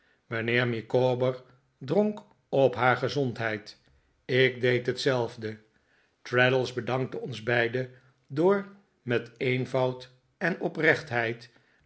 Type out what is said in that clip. mijnheer micawber dronk op haar gezondheid ik deed hetzelfde traddles dankte ons beiden door met een eenvoud en oprechtheid